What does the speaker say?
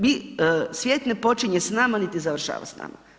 Mi, svijet ne počinje s nama niti ne završava s nama.